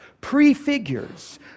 prefigures